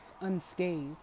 unscathed